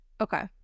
Okay